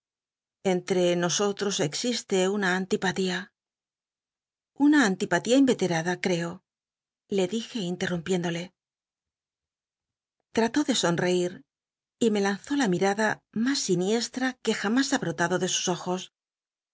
entre nosotros existe una antipatía una antipatía inveterada c j'eo le dije itllei nun pi ndolc trató de sonreír y me lanzó la mimda mas siniestra que jamas ha botado de sus ojos